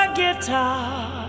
guitar